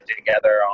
together